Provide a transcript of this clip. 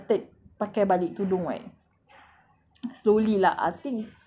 ah I I apa after I started pakai balik tudung right